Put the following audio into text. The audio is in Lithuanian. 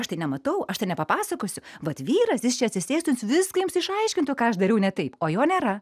aš tai nematau aš tai nepapasakosiu vat vyras jis čia atsisėstų jis viską jums išaiškintų ką aš dariau ne taip o jo nėra